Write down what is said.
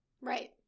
Right